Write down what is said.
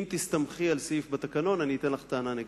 אם תסתמכי על סעיף בתקנון, אתן לך טענה נגדית.